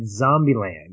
Zombieland